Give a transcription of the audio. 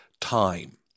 time